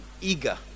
eager